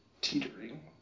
Teetering